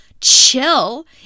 chill